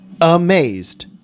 amazed